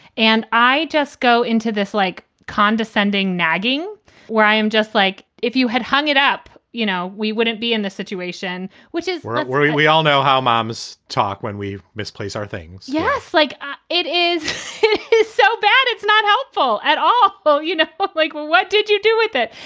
and i just go into this, like, condescending, nagging where i am, just like if you had hung it up, you know, we wouldn't be in this situation, which is where where we we all know how moms talk when we misplace our things. yes. like it is is so bad it's not helpful at all. well, you know look like, well, what did you do with it?